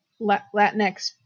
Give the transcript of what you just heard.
latinx